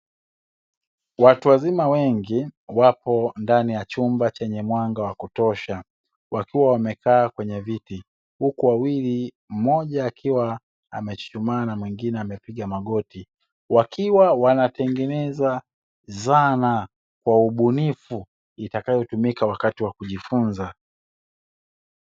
Watu wazima wengi wapo ndani ya chumba chenye mwanga wa kutosha, wakiwa wamekaa kwenye viti. Huku wawili mmoja akiwa amechuchumaa na mwingine amepiga magoti, wakiwa wanatengeneza zana kwa ubunifu. Itakayotumika wakati wa kujifunza.